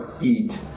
EAT